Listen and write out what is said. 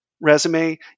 resume